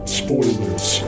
spoilers